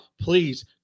please